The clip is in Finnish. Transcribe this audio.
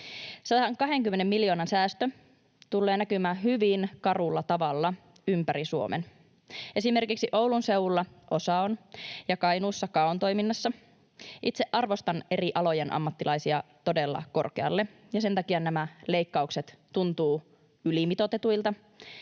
120 miljoonan säästö tulee näkymään hyvin karulla tavalla ympäri Suomen, esimerkiksi Oulun seudulla OSAOn ja Kainuussa KAOn toiminnassa. Itse arvostan eri alojen ammattilaisia todella korkealle, ja sen takia nämä leikkaukset tuntuvat ylimitoitetuilta